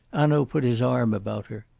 hanaud put his arm about her.